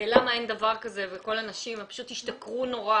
למה אין דבר כזה וכל הנשים פשוט השתכרו נורא